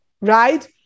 right